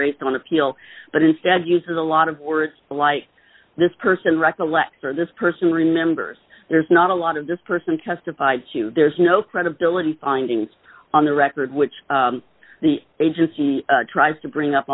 raised on appeal but instead uses a lot of words like this person recollect this person remembers there's not a lot of this person testified to there's no credibility finding on the record which the agency tries to bring up